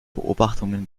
beobachtungen